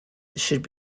should